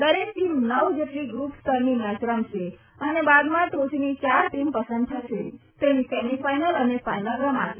દરેક ટીમ નવ જેટલી ગ્ર્રપ સ્તરની મેચ રમશે અને બાદમાં ટોચની ચારટીમ પસંદ થશે તેની સેમીફાઈનલ અને ફાઈનલ રમાશે